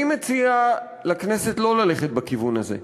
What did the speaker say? אני מציע לכנסת שלא ללכת בכיוון הזה.